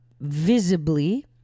visibly